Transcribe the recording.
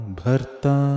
Bharta